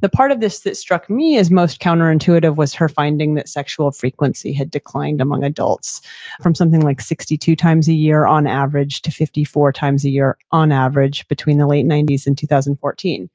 the part of this that struck me as most counterintuitive was her finding that sexual frequency had declined among adults from something like sixty two times a year on average to fifty four times a year on average between the late ninety s and two thousand and fourteen point